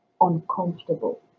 uncomfortable